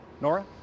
Nora